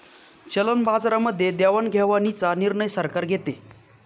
चलन बाजारामध्ये देवाणघेवाणीचा निर्णय सरकार घेते